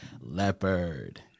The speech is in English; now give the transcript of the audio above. leopard